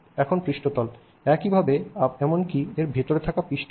একইভাবে এমনকি এর ভিতরে থাকা পিস্টনও